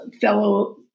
fellow